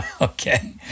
Okay